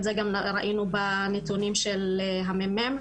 את זה גם ראינו בנתונים של המ"מ.